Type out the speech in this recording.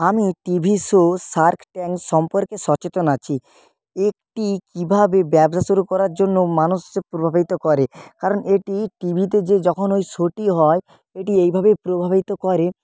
আমি TV show shark tank সম্পর্কে সচেতন আছি এটি কীভাবে ব্যবসা শুরু করার জন্য মানুষ্যে প্রভাবিত করে কারণ এটি টি ভিতে যে যখন ওই শোটি হয় এটি এইভাবে প্রভাবিত করে